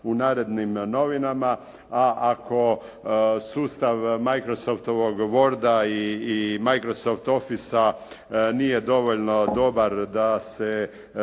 u "Narodnim novinama", a ako sustav Microsoftovog Worda i Microsoft Officea nije dovoljno dobar da se